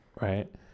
Right